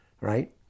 Right